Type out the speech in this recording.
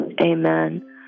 amen